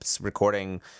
recording